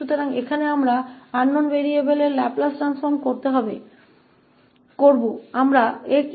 तो यहाँ हम अज्ञात चर u𝑥𝑡 के लाप्लास ट्रांसफॉर्म को निरूपित करते हैं मान लीजिए